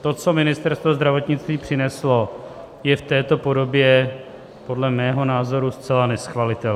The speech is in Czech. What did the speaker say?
To, co Ministerstvo zdravotnictví přineslo, je v této podobě podle mého názoru zcela neschvalitelné.